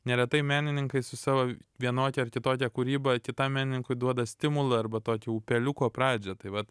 neretai menininkai su savo vienokia ar kitokia kūryba kitam menininkui duoda stimulą arba tokį upeliuko pradžią tai vat